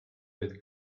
with